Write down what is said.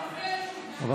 הוא מפריע לי.